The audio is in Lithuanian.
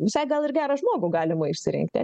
visai gal ir gerą žmogų galima išsirinkti